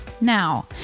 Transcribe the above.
Now